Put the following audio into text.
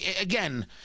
Again